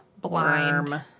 blind